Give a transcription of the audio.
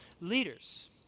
leaders